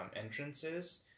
entrances